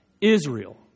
Israel